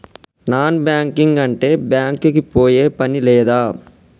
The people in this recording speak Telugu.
నాన్ బ్యాంకింగ్ అంటే బ్యాంక్ కి పోయే పని లేదా?